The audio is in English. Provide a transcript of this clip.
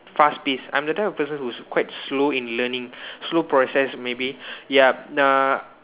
fast paced I'm the type of person who is quite slow in learning slow process maybe yup uh